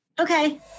Okay